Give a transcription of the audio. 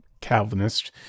Calvinist